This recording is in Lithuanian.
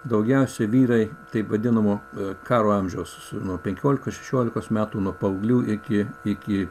daugiausia vyrai taip vadinamo karo amžiaus nuo penkiolikos šešiolikos metų nuo paauglių iki iki